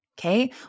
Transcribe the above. Okay